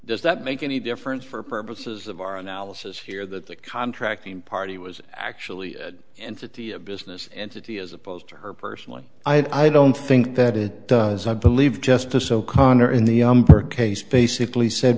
does that make any difference for purposes of our analysis here that the contracting party was actually a entity a business entity as opposed to her personally i don't think that it does i believe justice o'connor in the case basically said